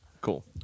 Cool